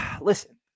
listen